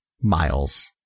Miles